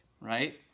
right